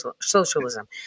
socialism